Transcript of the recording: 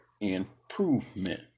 improvement